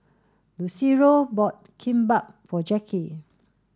Lucero bought Kimbap for Jacky